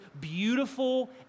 beautiful